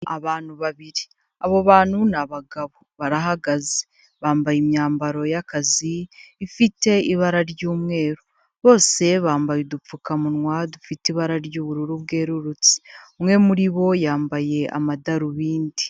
Abantu babiri, abo bantu ni abagabo barahagaze, bambaye imyambaro y'akazi ifite ibara ry'umweru, bose bambaye udupfukamunwa dufite ibara ry'ubururu bwererutse, umwe muri bo yambaye amadarubindi.